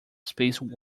space